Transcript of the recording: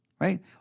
right